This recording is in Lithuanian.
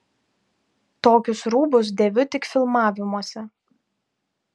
tokius rūbus dėviu tik filmavimuose